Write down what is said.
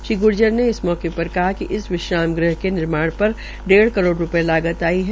श्री ग्र्जर ने इस मौके पर कहा कि इस विश्राम गृह के निर्माण पर डेढ़ करोड़ रूपये लागत आड़ है